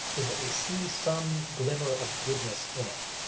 is that we see some glimmer of goodness in it.